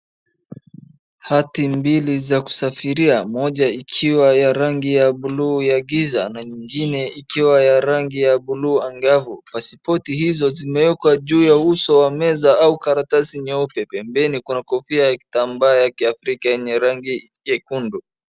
Hati mbili za kusafiria, mmoja ikiwa ya rangi ya buluu ya giza na nyingine ikiwa ya rangi ya buluu angavu. Pasipoti hizo zimeekwa juu ya uso wa meza au karatasi nyeupe. Pembeni kuna kofia ya kitambaa ya kiafrika yenye rangi nyekundu.